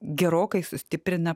gerokai sustiprina